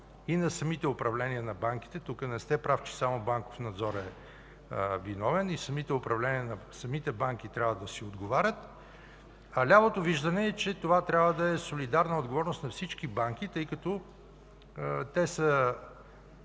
и на самите управления на банките. Тук не сте прав, че само „Банков надзор” е виновен – и самите банки трябва да си отговарят. Лявото виждане е, че това трябва да е солидарна отговорност на всички банки, тъй като те са